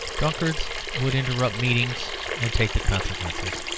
drunkards would interrupt meetings and take the consequences.